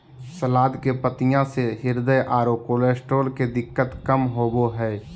सलाद के पत्तियाँ से हृदय आरो कोलेस्ट्रॉल के दिक्कत कम होबो हइ